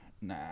nah